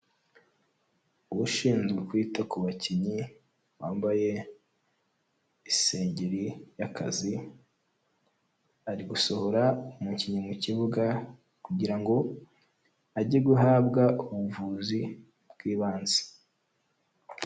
Ushinzwe kwita ku bakinnyi wambaye isengeri y'akazi, ari gusohora umukinnyi mu kibuga kugira ngo ajye guhabwa ubuvuzi bw'ibanze.